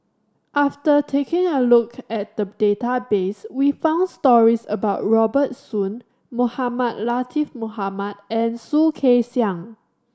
after taking a look at the database we found stories about Robert Soon Mohamed Latiff Mohamed and Soh Kay Siang